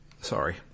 sorry